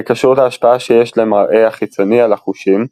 זה קשור להשפעה שיש למראה החיצוני על החושים,